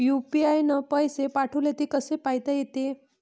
UPI न पैसे पाठवले, ते कसे पायता येते?